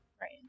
Right